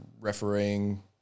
refereeing